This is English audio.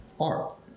art